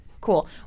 Cool